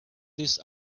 this